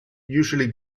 usually